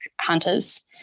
hunters